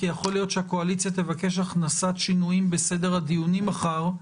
כי יכול להיות שהקואליציה תבקש הכנסת שינויים בסדר הדיונים מחר,